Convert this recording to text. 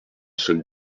sol